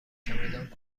چمدان